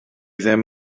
ddim